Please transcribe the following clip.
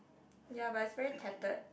ya but it's very tattered